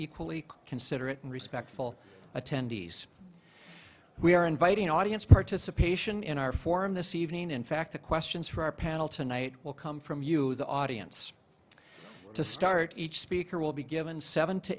equally considerate and respectful attendees we are inviting audience participation in our forum this evening in fact the questions for our panel tonight will come from you the audience to start each speaker will be given seven